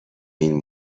این